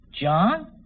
John